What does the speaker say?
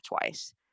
twice